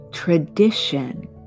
Tradition